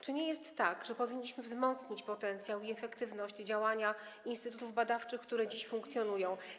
Czy nie jest tak, że powinniśmy wzmocnić potencjał i efektywność działania instytutów badawczych, które dziś funkcjonują?